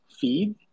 feed